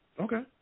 Okay